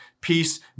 peace